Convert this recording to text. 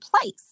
place